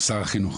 שר החינוך